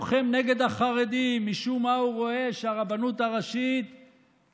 אדוני היושב-ראש, אם יש פה שר, אדוני השר, כן,